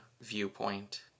viewpoint